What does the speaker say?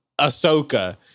Ahsoka